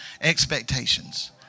expectations